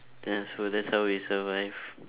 ya so that's how we survive